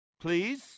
please